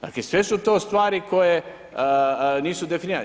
Dakle sve su to stvari koje nisu definirane.